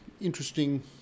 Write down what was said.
interesting